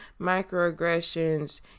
microaggressions